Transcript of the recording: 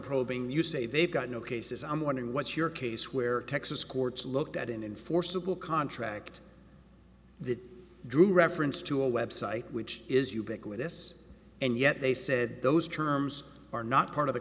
probing you say they've got no cases i'm wondering what your case where texas courts looked at in enforceable contract that drew reference to a website which is ubiquitous and yet they said those terms are not part of the